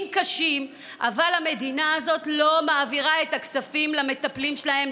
קשים אבל המדינה הזאת לא מעבירה את הכספים למטפלים שלהם,